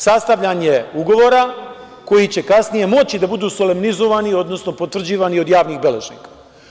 Sastavljanje ugovora koji će kasnije moći da budu slovenizovani, odnosno potvrđivani od javnih beležnika.